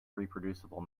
reproducible